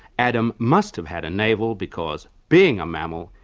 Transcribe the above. adam must have had a navel because, being a mammal,